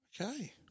Okay